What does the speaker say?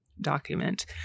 document